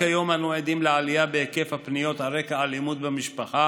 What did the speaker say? כיום אנו עדים לעלייה בהיקף הפניות על רקע אלימות במשפחה,